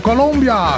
Colombia